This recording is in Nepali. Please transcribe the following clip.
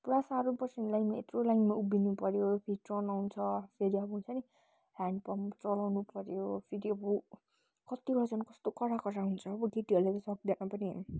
पुरा साह्रो पर्छ नि लाइनमा यत्रो लाइना उभिनु पर्यो फेरि ट्रन आउँछ फेरि अब हुन्छ नि ह्यान्डपम्प चलाउनु पऱ्यो फेरि अब कतिवटा झन् कस्तो कडा कडा हुन्छ हो केटीहरूले सक्दैन पनि